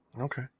Okay